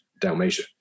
Dalmatia